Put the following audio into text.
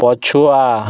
ପଛୁଆ